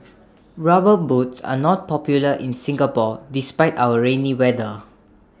rubber boots are not popular in Singapore despite our rainy weather